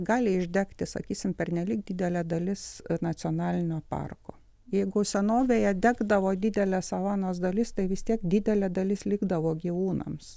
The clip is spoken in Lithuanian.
gali išdegti sakysim pernelyg didelė dalis nacionalinio parko jeigu senovėje degdavo didelė savanos dalis tai vis tiek didelė dalis likdavo gyvūnams